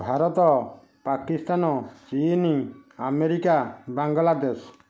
ଭାରତ ପାକିସ୍ତାନ ଚୀନ ଆମେରିକା ବାଂଲାଦେଶ